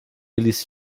eles